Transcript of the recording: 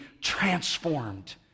transformed